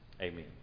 amen